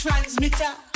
Transmitter